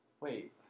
Wait